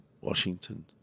Washington